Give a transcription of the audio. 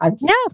No